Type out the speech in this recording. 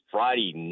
Friday